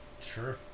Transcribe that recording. Sure